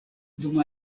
dum